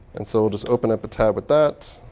and so we'll just open up a tab with that